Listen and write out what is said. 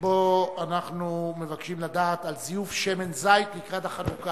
שבה אנחנו מבקשים לדעת על זיוף שמן זית לקראת חנוכה.